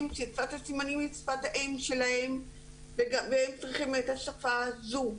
ששפת הסימנים היא שפת האם שלהם והם צריכים את השפה הזו.